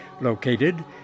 located